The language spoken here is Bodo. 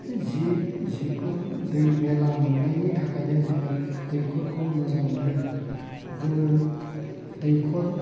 जि जिखौ दै मेल्ला मोननायनि थाखायनो जोङो दैखरखौ मोजां मोनो जोङो दैखर